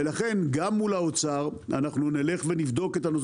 ולכן, גם מול האוצר אנחנו נבדוק את הנושא.